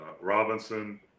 Robinson